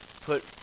put